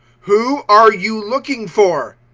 who are you looking for?